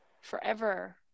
forever